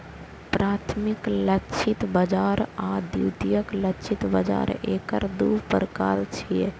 प्राथमिक लक्षित बाजार आ द्वितीयक लक्षित बाजार एकर दू प्रकार छियै